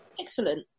Excellent